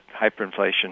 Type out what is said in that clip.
hyperinflation